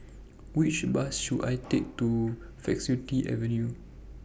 Which Bus should I Take to Faculty Avenue